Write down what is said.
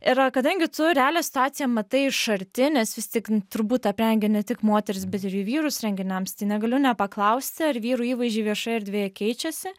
ir kadangi tu realią situaciją matai iš arti nes vis tik turbūt aprengi ne tik moteris bet ir jų vyrus renginiams tai negaliu nepaklausti ar vyrų įvaizdžiai viešoje erdvėje keičiasi